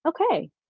Okay